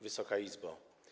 Wysoka Izbo!